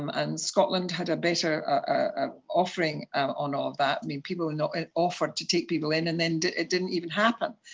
um and scotland had a better ah offering um on all of that, i mean people you know offered to take people in and then it didn't even happen.